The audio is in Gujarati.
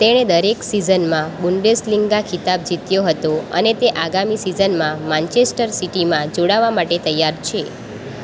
તેણે દરેક સીઝનમાં બુન્ડેસલિગા ખિતાબ જીત્યો હતો અને તે આગામી સીઝનમાં માન્ચેસ્ટર સિટીમાં જોડાવવા માટે તૈયાર છે